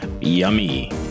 Yummy